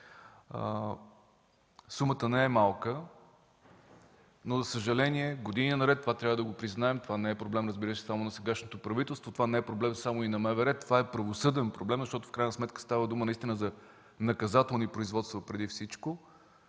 Сумата не е малка, за съжаление, години наред, това трябва да го признаем, това не е проблем, разбира се, само на сегашното правителство, това не е проблем само и на МВР, това е правосъден проблем, защото в крайна сметка става дума наистина за наказателни производства преди всичко